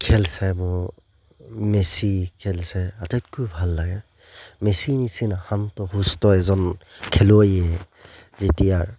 খেল চাই মোৰ মেচি খেল চাই আটাইতকৈ ভাল লাগে মেচি নিচিনা শান্ত সুস্থ এজন খেলুৱৈয়ে যেতিয়া